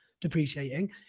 depreciating